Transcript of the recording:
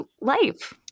life